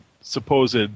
supposed